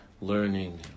learning